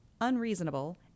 unreasonable